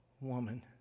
woman